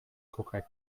korrekt